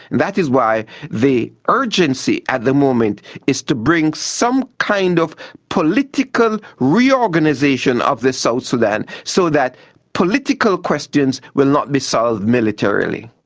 and that is why the urgency at the moment is to bring some kind of political reorganisation of south so sudan so that political questions will not be solved militarily.